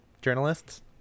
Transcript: journalists